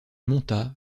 monta